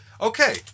okay